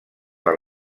per